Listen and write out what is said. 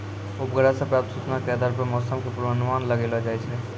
उपग्रह सॅ प्राप्त सूचना के आधार पर मौसम के पूर्वानुमान लगैलो जाय छै